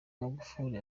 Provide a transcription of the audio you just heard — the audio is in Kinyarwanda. magufuli